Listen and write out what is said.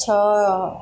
ଛଅ